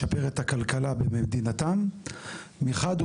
לשפר את הכלכלה במדינתם, מחד.